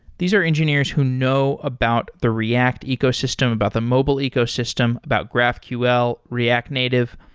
these are engineers who know about the react ecosystem, about the mobile ecosystem, about graphql, react native.